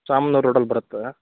ಸಾಮ್ನೂರು ರೋಡಲ್ಲಿ ಬರುತ್ತದೆ